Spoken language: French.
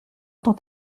tend